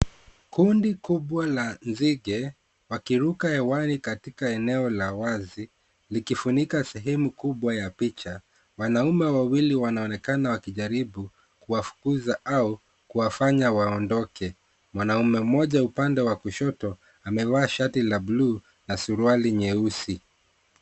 Kundi kubwa la nzige, wakiruka hewani katika eneo la wazi, likifunika sehemu kubwa ya picha. Wanaume wawili wanaonekana wakijaribu kuwafukuza au kuwafanya waondoke. Mwanaume mmoja upande wa kushoto, amevaa shati ya bluu na suruali nyeusi.